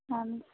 آہَن حظ